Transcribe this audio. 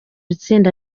itsinda